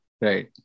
Right